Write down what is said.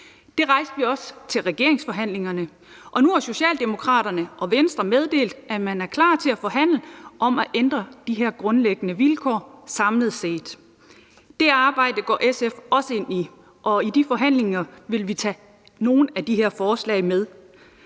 Det rejste vi også til regeringsforhandlingerne, og nu har Socialdemokraterne og Venstre meddelt, at man er klar til at forhandle om at ændre de her grundlæggende vilkår samlet set. Det arbejde går SF også ind i, og i de forhandlinger vil vi tage nogle af de her forslag med.